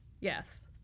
yes